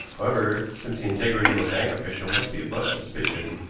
however, since the integrity of a bank official must be above suspicion,